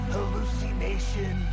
Hallucination